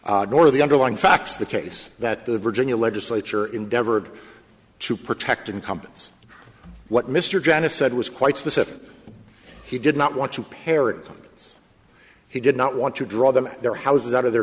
nor the underlying facts of the case that the virginia legislature endeavored to protect incumbents what mr janice said was quite specific he did not want to parrot its he did not want to draw them their houses out of their